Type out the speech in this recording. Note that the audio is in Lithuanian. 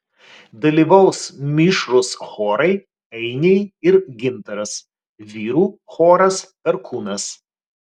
dalyvaus mišrūs chorai ainiai ir gintaras vyrų choras perkūnas